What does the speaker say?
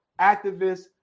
activists